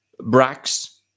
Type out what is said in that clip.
Brax